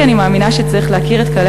כי אני מאמינה שצריך להכיר את כללי